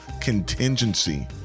contingency